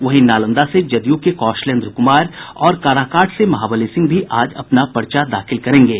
वहीं नालंदा से जदयू के कौशलेन्द्र कुमार और काराकाट से महाबली सिंह भी आज अपना पर्चा दाखिल करेंगे